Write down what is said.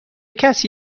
کسی